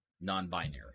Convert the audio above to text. non-binary